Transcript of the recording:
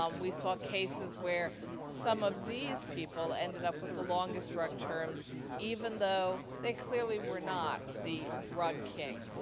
um we saw cases where some of these people ended up with the longest drug term even though they clearly were not the drug king.